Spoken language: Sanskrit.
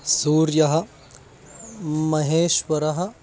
सूर्यः महेश्वरः